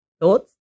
Thoughts